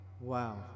Wow